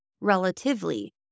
relatively